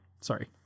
sorry